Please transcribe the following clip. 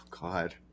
God